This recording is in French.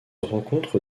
rencontre